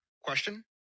Question